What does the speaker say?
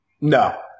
No